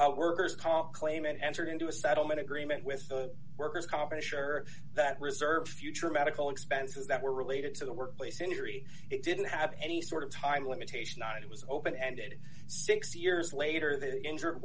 workers comp claim and enter into a settlement agreement with worker's comp and sure that reserve future medical expenses that were related to the workplace injury it didn't have any sort of time limitation on it was open ended six years later the injured